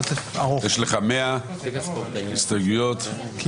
יש עוד זמן רב לבלות ביחד ולדבר על הצעת החוק הזו וגם